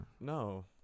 No